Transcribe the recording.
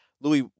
Louis